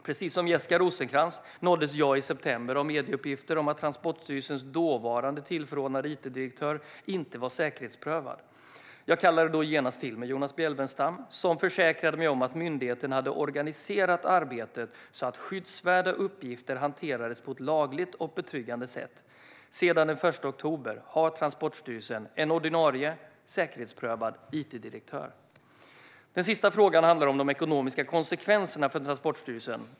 Precis som Jessica Rosencrantz nåddes jag i september av medieuppgifter om att Transportstyrelsens dåvarande tillförordnade it-direktör inte var säkerhetsprövad. Jag kallade då genast till mig Jonas Bjelfvenstam, som försäkrade mig om att myndigheten hade organiserat arbetet så att skyddsvärda uppgifter hanterades på ett lagligt och betryggande sätt. Sedan den 1 oktober har Transportstyrelsen en ordinarie - säkerhetsprövad - it-direktör. Den sista frågan handlar om de ekonomiska konsekvenserna för Transportstyrelsen.